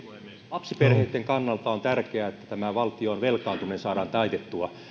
lapsiperheitten kannalta on tärkeää että valtion velkaantuminen saadaan taitettua